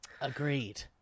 Agreed